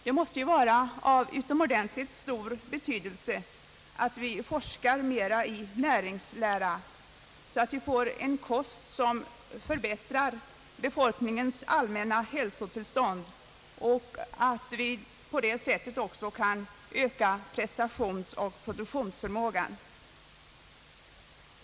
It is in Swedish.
Det måste ju vara utomordentligt viktigt att näringsläran utforskas ytterligare, så att vi får en kost som förbättrar befolkningens allmänna hälsotillstånd och att därmed även prestationsoch produktionsförmågan ökas.